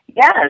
Yes